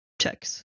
checks